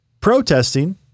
protesting